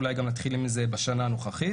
אולי נתחיל עם זה בשנה הנוכחית